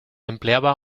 empleaba